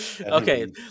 okay